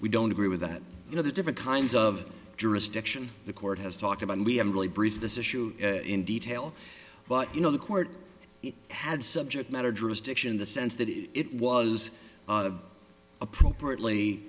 we don't agree with that you know the different kinds of jurisdiction the court has talked about and we haven't really briefed this issue in detail but you know the court had subject matter drug addiction in the sense that it was appropriately